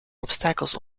obstakels